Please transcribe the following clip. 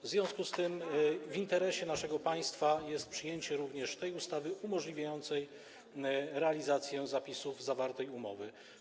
W związku z tym w interesie naszego państwa jest przyjęcie również tej ustawy umożliwiającej realizację zapisów zawartej umowy.